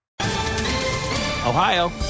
Ohio